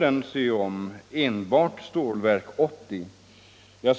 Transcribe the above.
gällde enbart Stålverk 80.